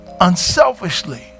unselfishly